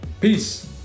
Peace